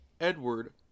Edward